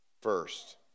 first